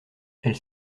elle